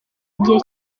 igihe